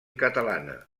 catalana